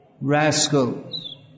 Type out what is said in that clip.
rascals